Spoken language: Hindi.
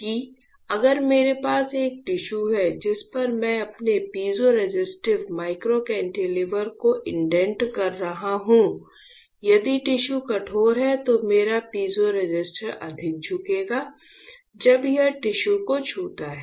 कि अगर मेरे पास एक टिश्यू है जिस पर मैं अपने पीज़ोरेसिस्टिव माइक्रो कैंटिलीवर को इंडेंट कर रहा हूं यदि टिश्यू कठोर है तो मेरा पीज़ोरेसिस्टर अधिक झुकेगा जब यह टिश्यू को छूता है